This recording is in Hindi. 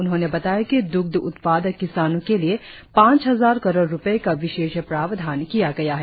उन्होंने बताया कि द्रग्ध उत्पादक किसानों के लिए पांच हजार करोड रूपये का विशेष प्रावधान किया गया है